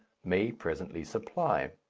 may presently supply.